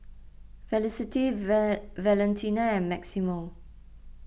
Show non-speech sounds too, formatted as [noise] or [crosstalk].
Felicity [hesitation] Valentina and Maximo